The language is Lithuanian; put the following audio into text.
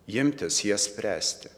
imtis jas spręsti